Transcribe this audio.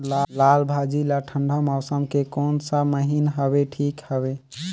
लालभाजी ला ठंडा मौसम के कोन सा महीन हवे ठीक हवे?